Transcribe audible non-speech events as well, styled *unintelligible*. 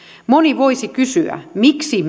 moni voisi kysyä miksi *unintelligible*